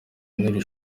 n’iri